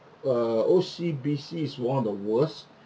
uh O_C_B_C is one of the worst